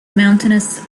mountainous